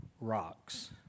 rocks